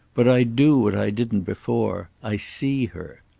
but i do what i didn't before i see her.